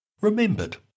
remembered